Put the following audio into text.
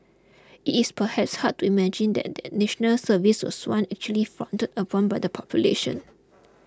it's perhaps hard to imagine then that National Service was once actually frowned upon by the population